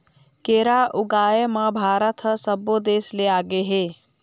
केरा ऊगाए म भारत ह सब्बो देस ले आगे हे